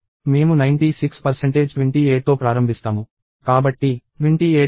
మేము 9628 తో ప్రారంభిస్తాము